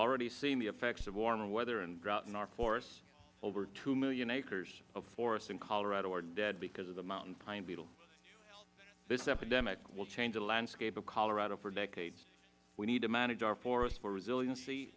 already seen the effects of warmer weather and drought in our forests over two million acres of forest in colorado are dead because of the mountain pine beetle this epidemic will change the landscape of colorado for decades we need to manage our forests for resilienc